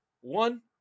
One